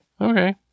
Okay